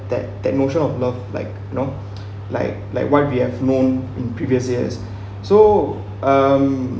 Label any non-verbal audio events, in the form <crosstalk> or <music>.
that that notion of love like you know <breath> <noise> like like why we have known in previous years <breath> so um